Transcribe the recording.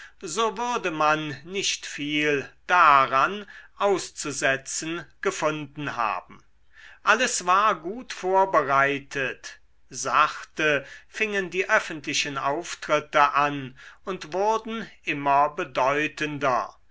so würde man nicht viel daran auszusetzen gefunden haben alles war gut vorbereitet sachte fingen die öffentlichen auftritte an und wurden immer bedeutender